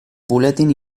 buletin